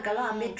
mm